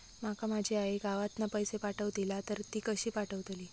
माका माझी आई गावातना पैसे पाठवतीला तर ती कशी पाठवतली?